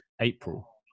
April